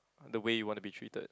the way you want to be treated